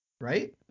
right